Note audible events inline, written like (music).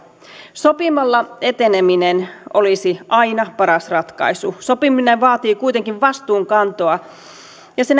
sopimalla eteneminen olisi aina paras ratkaisu sopiminen vaatii kuitenkin vastuunkantoa ja se (unintelligible)